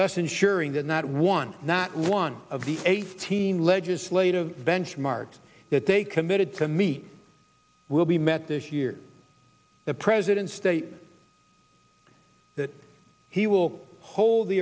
thus ensuring that not one not one of the eighteen legislative benchmarks that they committed to meet will be met this year the president stated that he will hold the